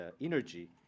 energy